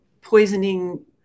poisoning